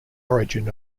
origin